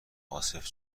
عاصف